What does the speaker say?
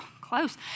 close